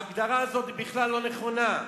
ההגדרה הזאת בכלל לא נכונה.